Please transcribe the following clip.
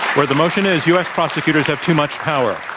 where the motion is, u. s. prosecutors have too much power